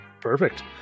perfect